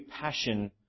passion